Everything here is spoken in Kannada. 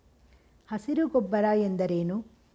ಹಸಿರು ಗೊಬ್ಬರ ಎಂದರೇನು?